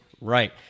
right